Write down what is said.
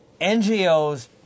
NGOs